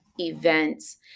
events